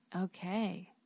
Okay